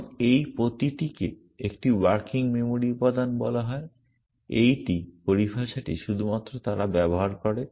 এবং এই প্রতিটিকে একটি ওয়ার্কিং মেমরি উপাদান বলা হয় এইটি পরিভাষাটি শুধুমাত্র তারা ব্যবহার করে